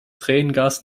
tränengas